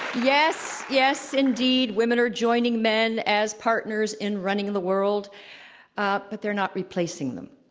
yes, yes, indeed, women are joining men as partners in running the world ah but they're not replacing them.